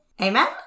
Amen